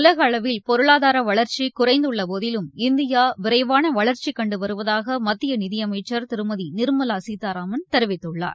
உலக அளவில் பொருளாதார வளர்ச்சி குறைந்துள்ள போதிலும் இந்தியா விரைவான வளர்ச்சி கண்டுவருவதாக மத்திய நிதியமைச்சர் திருமதி நிர்மலா சீதாராமன் தெரிவித்துள்ளார்